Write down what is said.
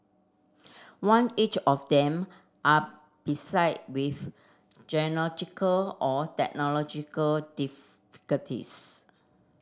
one each of them are beset with geological or technological